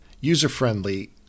User-Friendly